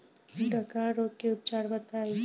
डकहा रोग के उपचार बताई?